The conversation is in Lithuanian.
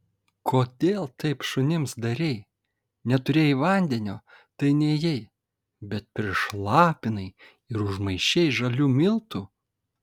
kodėl taip šunims darei neturėjai vandenio tai nėjai bet prišlapinai ir užmaišei žalių miltų